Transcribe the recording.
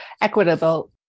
equitable